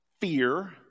fear